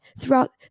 throughout